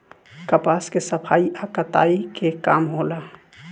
कपास के सफाई आ कताई के काम होला